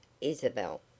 Isabel